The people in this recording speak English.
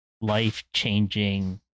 life-changing